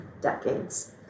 decades